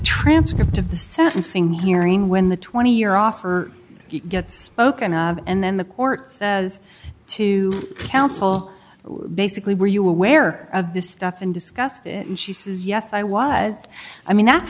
transcript of the sentencing hearing when the twenty year offer gets spoken and then the courts as to counsel basically were you aware of this stuff and discussed and she says yes i was i mean that's